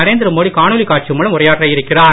நரேந்திர மோடி காணொளி காட்சி மூலம் உரையாற்ற இருக்கிறார்